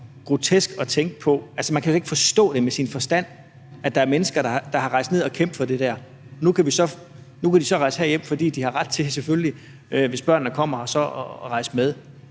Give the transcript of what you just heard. grotesk at tænke på – altså, man kan jo ikke forstå, at der er mennesker, der er rejst ned og har kæmpet for det der. Nu kan de så rejse herhjem, fordi de har ret til, hvis børnene kommer hertil, at rejse med.